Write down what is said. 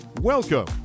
Welcome